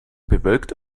bewölkt